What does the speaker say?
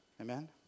Amen